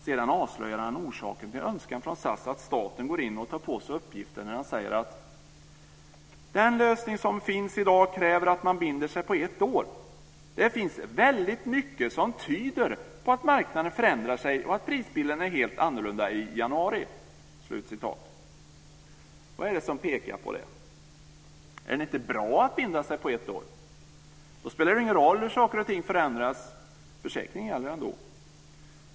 Sedan avslöjar han orsaken till önskan från SAS att staten ska gå in och ta på sig uppgifter när han säger: Den lösning som finns i dag kräver att man binder sig på ett år. Det finns väldigt mycket som tyder på att marknaden förändrar sig och att prisbilden är helt annorlunda i januari. Vad är det som pekar på det? Är det inte bra att binda sig på ett år? Då spelar det ju ingen roll hur saker och ting förändras, för försäkringen gäller ändå.